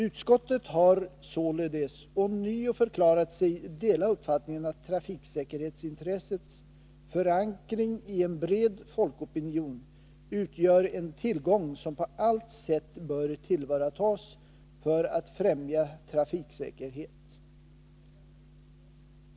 Utskottet har således ånyo förklarat sig dela uppfattningen att trafiksäkerhetsintressets förankring i en bred folkopinion utgör en tillgång som på allt sätt bör tillvaratas för att främja trafiksäkerhet.